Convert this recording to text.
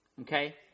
Okay